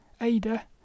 Ada